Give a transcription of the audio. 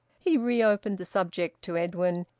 he re-opened the subject to edwin,